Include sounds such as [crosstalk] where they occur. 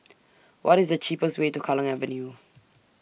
What IS The cheapest Way to Kallang Avenue [noise]